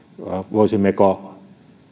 voisimmeko